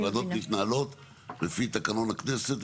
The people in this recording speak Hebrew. ועדות מתנהלות לפי תקנון הכנסת,